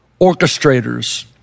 orchestrators